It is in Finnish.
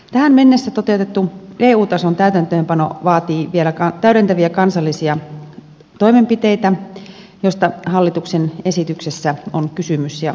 tähän mennessä toteutettu eu tason täytäntöönpano vaatii vielä täydentäviä kansallisia toimenpiteitä joista hallituksen esityksessä on kysymys ja tarkemmat säädökset